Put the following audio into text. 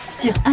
sur